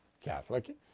Catholic